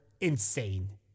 Insane